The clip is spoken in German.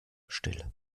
stille